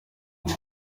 ubu